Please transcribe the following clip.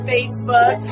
Facebook